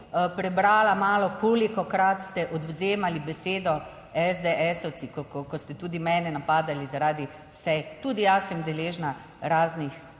prebrala malo kolikokrat ste odvzemali besedo SDS ko ste tudi mene napadali zaradi sej. Tudi jaz sem deležna raznih